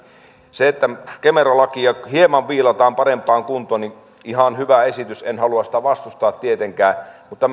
se että kemera lakia hieman viilataan parempaan kuntoon on ihan hyvä esitys en halua sitä vastustaa tietenkään mutta